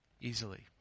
easily